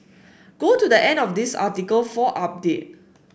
go to the end of this article for update